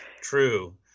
true